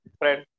friend